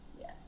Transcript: Yes